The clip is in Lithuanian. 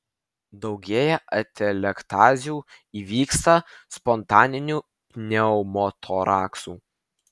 daugėja atelektazių įvyksta spontaninių pneumotoraksų